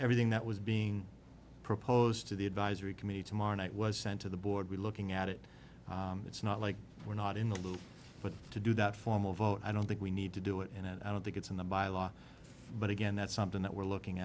everything that was being proposed to the advisory committee tomorrow night was sent to the board we're looking at it it's not like we're not in the loop but to do that formal vote i don't think we need to do it and i don't think it's in the by law but again that's something that we're looking